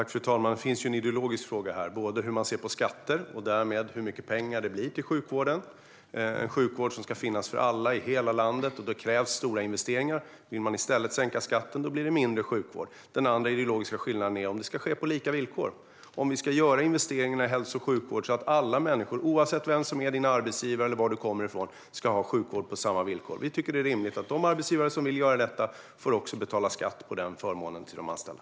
Fru talman! Det är en ideologisk fråga hur man ser på skatter och därmed hur mycket pengar som ska gå till sjukvården. Om sjukvården ska finnas för alla i hela landet krävs stora investeringar. Vill man i stället sänka skatten blir det mindre sjukvård. En annan ideologisk fråga är om vård ska ges på lika villkor, om vi ska göra investeringarna i hälso och sjukvård så att alla människor, oavsett vem som är din arbetsgivare eller var du kommer ifrån, ska ha sjukvård på lika villkor. Vi tycker att det är rimligt att de arbetsgivare som vill teckna sjukvårdsförsäkringar för sina anställda får betala skatt för den förmånen till de anställda.